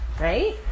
right